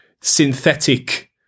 synthetic